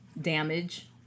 damage